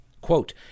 Quote